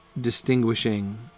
distinguishing